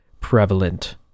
prevalent